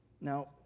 Now